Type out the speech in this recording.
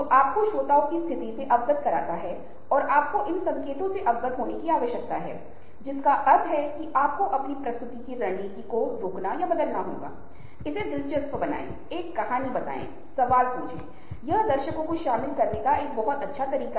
आप एक बहुत ही बुनियादी स्तर पर सूक्ष्म स्तर पर नेटवर्क का विश्लेषण कर सकते हैं आप उसका माइक्रो स्तर पर विश्लेषण कर सकते हैं मध्य स्तर पर आप विशाल नेटवर्क के बारे में बात कर सकते हैं जैसे कि फेसबुक पर नेटवर्क एक बहुत बड़ा नेटवर्क है